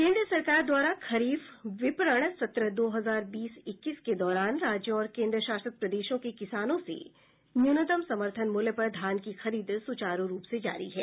केन्द्र सरकार द्वारा खरीफ विपणन सत्र दो हजार बीस इक्कीस के दौरान राज्यों और केन्द्र शासित प्रदेशों के किसानों से न्यूनतम समर्थन मूल्य पर धान की खरीद सुचारु रूप से जारी है